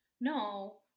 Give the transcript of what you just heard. no